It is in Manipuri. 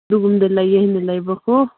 ꯑꯗꯨꯒꯨꯝꯕꯗ ꯂꯩꯌꯦ ꯍꯥꯏꯅ ꯂꯩꯕꯀꯣ